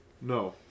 no